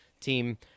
Team